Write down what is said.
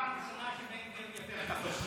זאת פעם ראשונה שבן גביר יפר את החוק.